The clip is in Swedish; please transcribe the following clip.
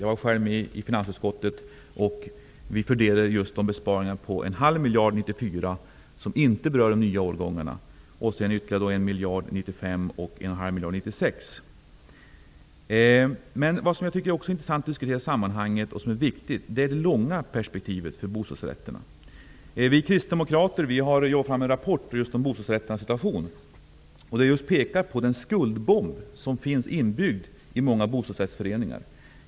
Jag har själv varit med i finansutskottet och beslutat om fördelning av besparingar på en halv miljard kronor 1994 som inte berör de nya årgångarna. Sedan är det fråga om ytterligare 1 miljard kronor 1995 och en halv miljard kronor 1996. En annan sak som är intressant att diskutera i sammanhanget och som är viktig är det långa perspektivet för bostadsrätterna. Vi kristdemokrater har arbetat fram en rapport om bostadsrätternas situation. Vi pekar på den skuldbomb som finns inbyggd i många bostadsrättsföreningar.